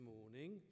morning